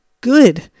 good